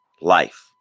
life